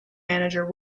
manager